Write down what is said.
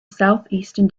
southeastern